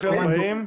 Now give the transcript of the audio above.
ברוכים הבאים.